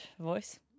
voice